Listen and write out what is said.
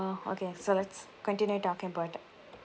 okay so let's continue talking about